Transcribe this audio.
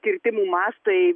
kirtimų mastai